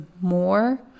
more